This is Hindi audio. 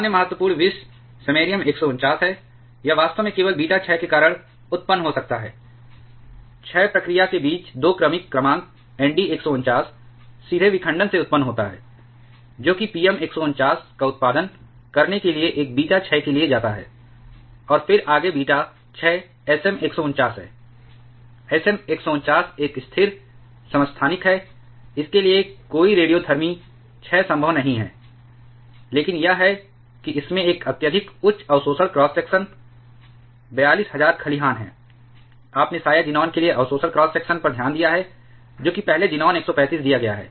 अन्य महत्वपूर्ण विष समैरियम 149 है यह वास्तव में केवल बीटा क्षय के कारण उत्पन्न हो सकता है क्षय प्रक्रिया के बीच 2 क्रमिक क्रमांक Nd 149 सीधे विखंडन से उत्पन्न होता है जो कि Pm 149 का उत्पादन करने के लिए एक बीटा क्षय के लिए जाता है और फिर आगे बीटा क्षय Sm 149 है Sm 149 एक स्थिर समस्थानिक है इसके लिए कोई रेडियोधर्मी क्षय संभव नहीं है लेकिन यह है कि इसमें एक अत्यधिक उच्च अवशोषण क्रॉस सेक्शन 42000 खलिहान हैं आपने शायद ज़ीनान के लिए अवशोषण क्रॉस सेक्शन पर ध्यान दिया है जो कि पहले ज़ीनान 135 दिया गया है